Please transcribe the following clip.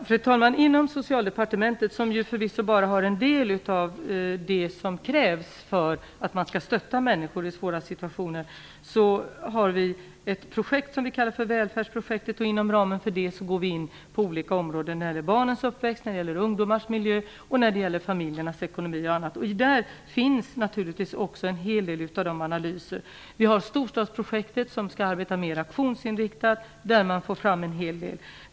Fru talman! Inom Socialdepartementet, som ju förvisso bara vidtar en del av de åtgärder som krävs för att man skall stötta människor i svåra situationer, har vi ett projekt som vi kallar för Välfärdsprojektet. Inom ramen för detta går vi in på olika områden som gäller barnens uppväxt, ungdomars miljö och familjernas ekonomi etc. Däri ingår naturligtvis också en hel del analyser. Vi har Storstadsprojektet, som skall arbeta mer aktionsinriktat, där man får fram en hel del.